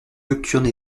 nocturne